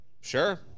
Sure